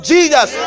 Jesus